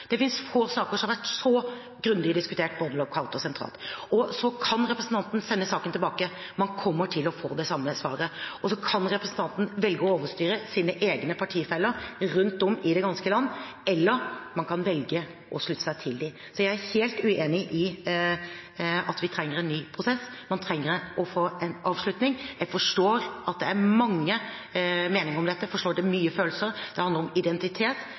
Det finnes få saker som har vært så grundig diskutert både lokalt og sentralt. Representanten Nordlund kan sende saken tilbake, men man kommer til å få det samme svaret. Og representanten Nordlund kan velge å overstyre sine egne partifeller rundt om i det ganske land, eller velge å slutte seg til dem. Jeg er helt uenig i at vi trenger en ny prosess – vi trenger å få en avslutning. Jeg forstår at det er mange meninger om dette, jeg forstår at det er mye følelser. Det handler om identitet,